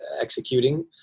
executing